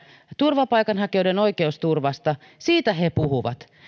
turvapaikanhakijoiden oikeusturvasta siitä he puhuvat